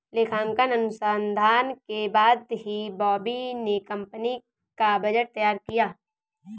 लेखांकन अनुसंधान के बाद ही बॉबी ने कंपनी का बजट तैयार किया